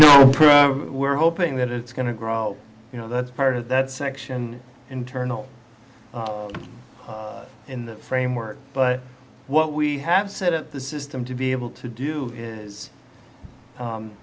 yes we're hoping that it's going to grow you know that's part of that section internal in the framework but what we have set up the system to be able to do is